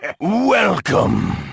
welcome